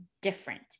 different